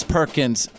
Perkins